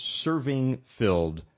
serving-filled